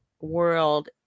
world